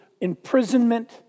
imprisonment